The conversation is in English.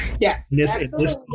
Yes